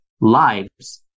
lives